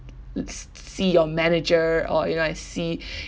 s~ see your manager or you know like see